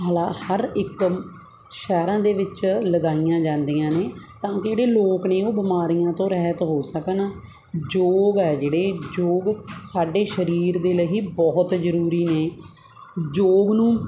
ਹਲਾ ਹਰ ਇੱਕ ਸ਼ਹਿਰਾਂ ਦੇ ਵਿੱਚ ਲਗਾਈਆਂ ਜਾਂਦੀਆਂ ਨੇ ਤਾਂ ਕਿ ਜਿਹੜੇ ਲੋਕ ਨੇ ਉਹ ਬਿਮਾਰੀਆਂ ਤੋਂ ਰਹਿਤ ਹੋ ਸਕਣ ਯੋਗ ਹੈ ਜਿਹੜੇ ਯੋਗ ਸਾਡੇ ਸਰੀਰ ਦੇ ਲਈ ਬਹੁਤ ਜ਼ਰੂਰੀ ਨੇ ਯੋਗ ਨੂੰ